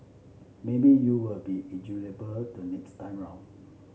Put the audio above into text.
maybe you will be the next time round